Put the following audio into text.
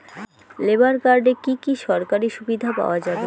Labour কার্ডে কি কি সরকারি সুবিধা পাওয়া যাবে?